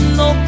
no